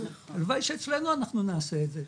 הלוואי שאצלנו אנחנו נעשה את זה,